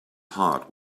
heart